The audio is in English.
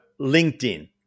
LinkedIn